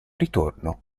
ritorno